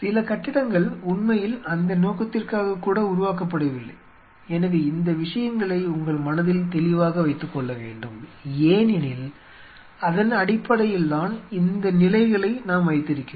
சில கட்டிடங்கள் உண்மையில் அந்த நோக்கத்திற்காக கூட உருவாக்கப்படவில்லை எனவே இந்த விஷயங்களை உங்கள் மனதில் தெளிவாக வைத்துக்கொள்ள வேண்டும் ஏனெனில் அதன் அடிப்படையில்தான் இந்த நிலைகளை நாம் வைத்திருக்கிறோம்